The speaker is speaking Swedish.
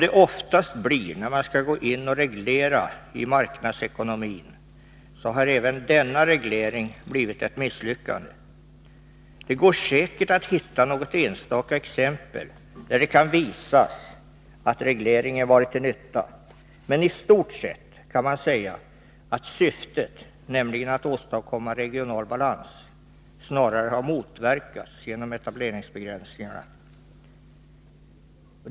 Men som så ofta när man går in och reglerar i marknadsekonomin har även denna reglering blivit ett misslyckande. Det går säkert att hitta något enstaka exempel där det kan påvisas att regleringen varit till nytta. Men i stort sett kan man säga att syftet, nämligen att åstadkomma regional balans, snarare har motverkats genom etableringsbegränsningarna.